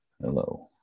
Hello